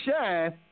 shine